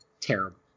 terrible